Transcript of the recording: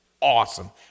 awesome